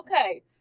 Okay